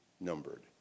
numbered